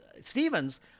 Stevens